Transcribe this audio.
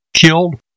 killed